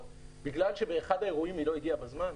בגלל שבאחד האירועים היא לא הגיעה בזמן?